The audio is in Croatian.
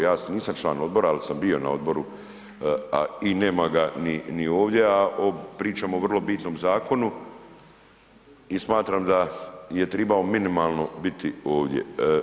Ja nisam član odbora, al sam bio na odboru i nema ga ni ovdje, a pričamo o vrlo bitnom zakonu i smatram da je tribao minimalno biti ovdje.